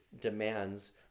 demands